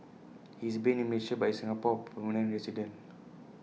he is based in Malaysia but is A Singapore permanent resident